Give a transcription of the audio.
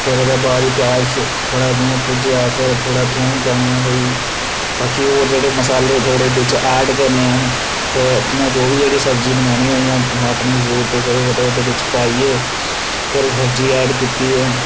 फिर ओह्दे बाद प्याज थोह्ड़ा जि'यां पुज्जेआ फिर थोह्ड़ा थोम पाना भाई बाकी होर जेह्ड़े मसाले थोह्ड़े ऐड करने फिर अपने जो बी जेह्ड़ी सब्जी बनानी होए टमाटरें दी जरूरत अगर होऐ ते ओह्दे बेच्च पाइयै फेर सब्जी ऐड कीती ऐ